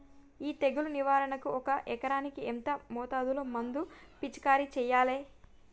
ఈ తెగులు నివారణకు ఒక ఎకరానికి ఎంత మోతాదులో మందు పిచికారీ చెయ్యాలే?